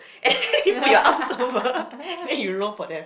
put your arms over and then you roll for them